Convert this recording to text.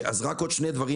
רק עוד שני דברים,